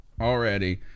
already